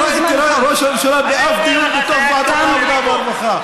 אני לא ראיתי את ראש הממשלה באף דיון בתוך ועדת העבודה והרווחה.